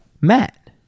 Matt